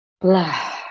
blah